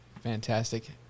Fantastic